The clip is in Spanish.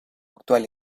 actual